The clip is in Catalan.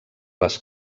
les